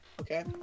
okay